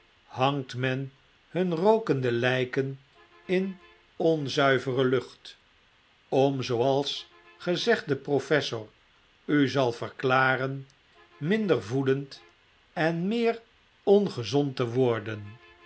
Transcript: men hun rookende lijken in onzuivere lucht om zooals gezegde professor u zal verklaren minder voeaend en meer ongezond te worden